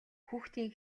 хүүхдийн